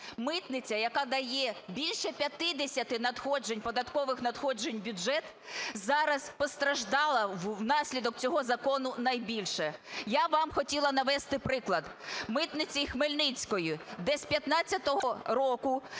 Митниця, яка дає більше 50 надходжень, податкових надходжень, в бюджет, зараз постраждала внаслідок цього закону найбільше. Я вам хотіла навести приклад. Митниця Хмельницького, де з 15-го року